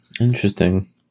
Interesting